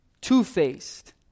two-faced